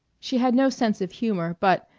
she had no sense of humor, but,